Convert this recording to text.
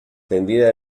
tendida